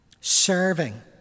serving